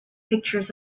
pictures